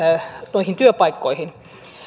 noihin työpaikkoihin